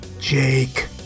Jake